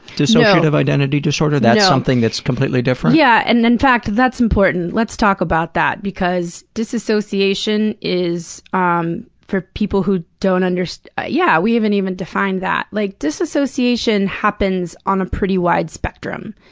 dissociative identity disorder? that's something that's completely different? yeah, and in fact, that's important. let's talk about that, because disassociation is ah um for people who don't under so yeah, we haven't even defined that. like, disassociation happens on a pretty wide spectrum,